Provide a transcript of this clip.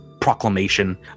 proclamation